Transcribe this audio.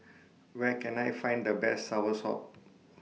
Where Can I Find The Best Soursop